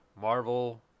Marvel